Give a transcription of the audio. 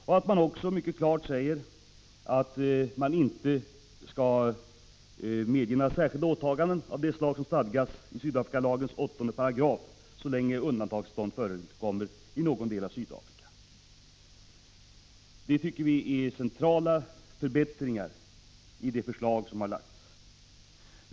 Utskottet säger också mycket klart, att det inte skall medges några särskilda åtaganden enligt Sydafrikalagens 8 § så länge undantagstillstånd råder i någon del av Sydafrika. Detta tycker vi är centrala förbättringar i det förslag som har lagts fram.